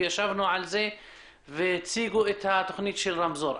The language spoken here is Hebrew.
ישבנו על זה יחד והציגו לנו את תכנית "רמזור".